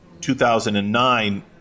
2009